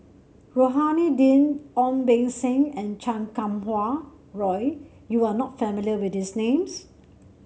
Rohani Din Ong Beng Seng and Chan Kum Wah Roy you are not familiar with these names